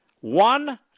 one